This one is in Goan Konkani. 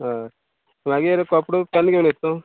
आं मागीर कपडो केन्ना घेवन येता तूं